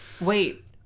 Wait